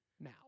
now